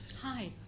Hi